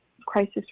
crisis